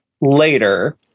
Later